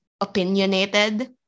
opinionated